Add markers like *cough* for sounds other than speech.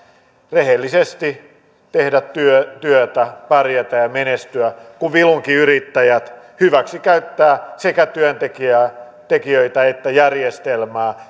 rehellisesti tehdä työtä työtä pärjätä ja menestyä kun vilunkiyrittäjät hyväksikäyttävät sekä työntekijöitä että järjestelmää *unintelligible*